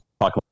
talk